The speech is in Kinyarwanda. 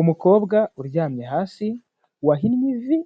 Umukobwa uryamye hasi, wahinnye ivi,